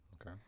Okay